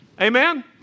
Amen